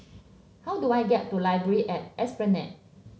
how do I get to library at Esplanade